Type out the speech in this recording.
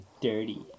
dirty